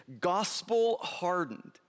gospel-hardened